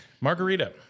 Margarita